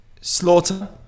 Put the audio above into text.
slaughter